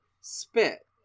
spit